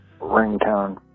ringtone